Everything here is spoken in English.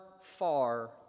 far